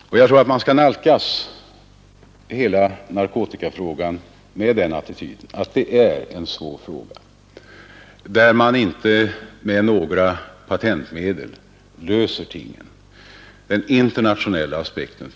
Jag tror också att man skall nalkas hela narkotikaproblemet med den attityden att det är en svår fråga. Och man kommer inte till rätta med svårigheterna med några patentmedel. Här finns den internationella aspekten,